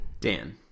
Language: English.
Dan